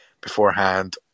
beforehand